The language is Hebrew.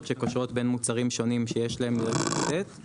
שקושרות בין מוצרים שונים שיש להם לתת,